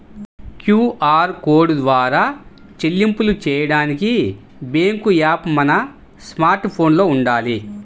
QR code ద్వారా చెల్లింపులు చెయ్యడానికి బ్యేంకు యాప్ మన స్మార్ట్ ఫోన్లో వుండాలి